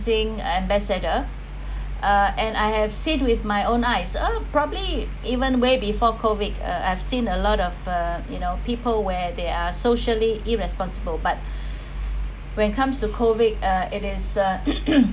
ambassador uh and I have seen with my own eyes uh probably even way before COVID I've seen a lot of uh you know people where they are socially irresponsible but when it comes to COVID uh it is uh